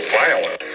violent